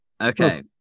okay